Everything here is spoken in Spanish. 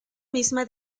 misma